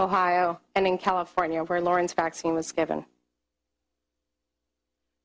ohio and in california where lauren's vaccine was given